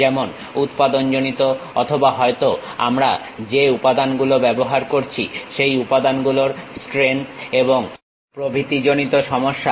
যেমন উৎপাদন জনিত অথবা হয়তো আমরা যে উপাদানগুলো ব্যবহার করছি সেই উপাদানগুলোর স্ট্রেন্থ এবং প্রভৃতি জনিত সমস্যা